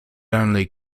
only